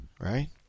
right